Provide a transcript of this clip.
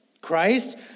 Christ